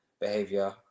behavior